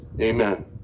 Amen